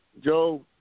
Joe